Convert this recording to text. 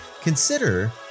consider